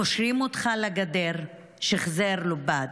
קושרים אותך לגדר", שחזר לובאד.